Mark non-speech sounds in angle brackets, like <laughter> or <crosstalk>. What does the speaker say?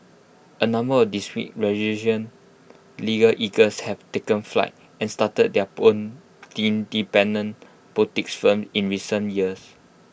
A number of dispute resolution legal eagles have taken flight and started their own <unintelligible> boutique firms in recent years